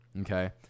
okay